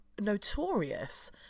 notorious